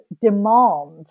demand